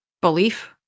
belief